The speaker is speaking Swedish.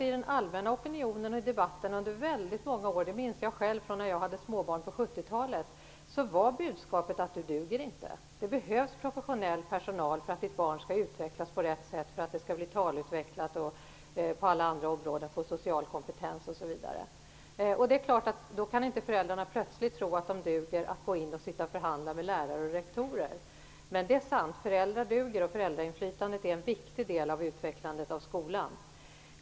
I den allmänna opinionen och i debatten var budskapet under väldigt många år - det minns jag från när jag själv hade småbarn på 70-talet: Du duger inte! Det behövs professionell personal för att ditt barn skall utvecklas på rätt sätt, för att det skall bli talutvecklat, för att det skall få social kompetens på alla andra områden osv. Det är klart att föräldrarna då inte plötsligt kan tro att de duger till att sitta och förhandla med lärare och rektorer. Det är sant att föräldrar duger, och föräldrainflytandet är en viktig del i utvecklandet av skolan.